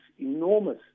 enormous